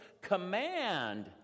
command